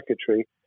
secretary